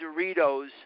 Doritos